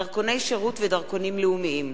דרכוני שירות ודרכונים לאומיים,